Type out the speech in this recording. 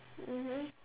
mmhmm